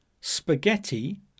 spaghetti